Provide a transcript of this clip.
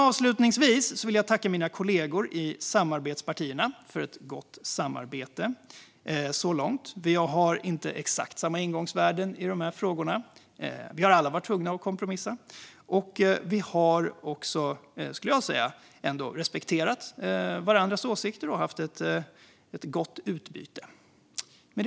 Avslutningsvis vill jag tacka mina kollegor i samarbetspartierna för ett gott samarbete så här långt. Vi har inte exakt samma ingångsvärden i dessa frågor. Vi har alla varit tvungna att kompromissa. Vi har ändå respekterat varandras åsikter och har haft ett gott utbyte.